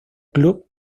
club